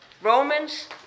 Romans